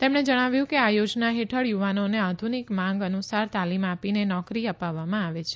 તેમણે જણાવ્યું કે આ યોજના હેઠળ યુવાનોને આધુનિક માંગ અનુસાર તાલીમ આપીને નોકરી અપાવવામાં આવે છે